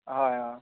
হয় অ'